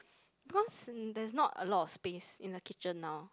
because there's not a lot of space in the kitchen now